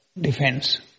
defense